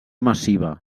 massiva